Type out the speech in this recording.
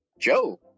Joe